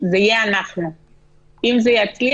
זה יהיה אנחנו; אם זה יצליח,